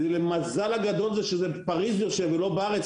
המזל הגדול הוא שזה יושב בפריז ולא בארץ,